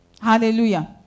Hallelujah